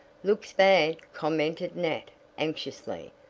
looks bad, commented nat anxiously,